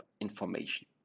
information